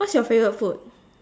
what's your favourite food